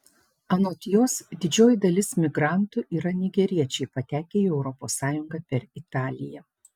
anot jos didžioji dalis migrantų yra nigeriečiai patekę į europos sąjungą per italiją